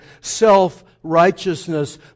self-righteousness